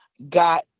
got